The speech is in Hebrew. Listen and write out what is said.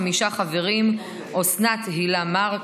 חמישה חברים: אוסנת הילה מארק,